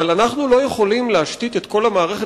אבל אנחנו לא יכולים להשתית את כל המערכת